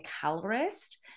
colorist